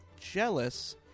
jealous